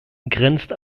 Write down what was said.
grenzt